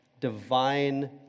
divine